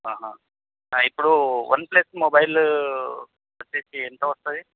ఆహా ఇప్పుడు OnePlus mobile వచ్చేసి ఎంత వస్తుంది